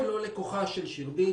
את לא לקוחה של שירביט.